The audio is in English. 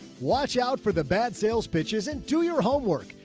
watch out for the bad sales pitches and do your homework.